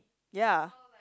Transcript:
ya